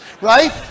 right